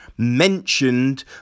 Mentioned